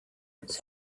its